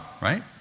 right